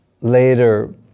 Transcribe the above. later